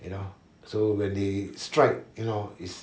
you know so when they strike you know it's